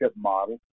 model